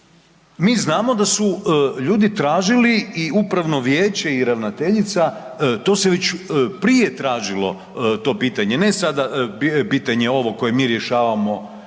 mi znamo da su ljudi tražili u upravno vijeće i ravnateljica, to se već prije tražila, to pitanje, ne sada pitanje ovo koje mi rješavamo